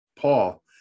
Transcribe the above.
Paul